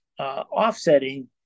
offsetting